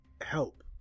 help